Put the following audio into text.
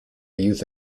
youth